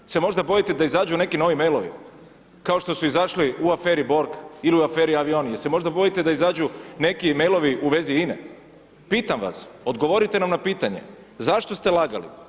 Se možda bojite da izađu neki novi mail-ovi, kao što su izašli u aferi borg, ili u aferi avioni, jel se možda bojite da izađu neki mailovi u vezi INA-e, pitam vas, odgovorite nam na pitanje, zašto ste lagali?